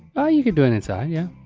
oh, you could do it inside yeah.